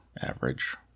average